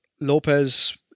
Lopez